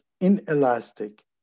inelastic